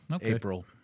April